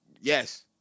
Yes